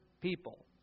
people